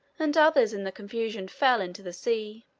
and others, in the confusion, fell into the sea.